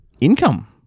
income